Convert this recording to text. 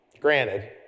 granted